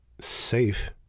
Safe